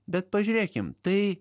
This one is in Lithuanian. bet pažiūrėkim tai